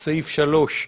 לסעיף 2,